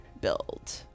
build